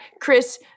chris